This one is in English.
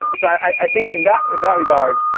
but so i think in that in that regard,